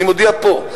אני מודיע פה.